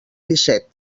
disset